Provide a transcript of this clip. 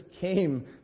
came